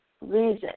reason